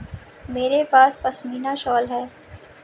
मेरे पास पशमीना शॉल है